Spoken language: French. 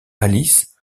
alice